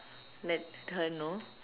let her know